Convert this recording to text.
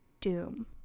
doom